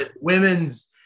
Women's